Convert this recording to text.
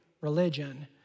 religion